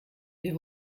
wir